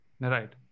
Right